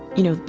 you know,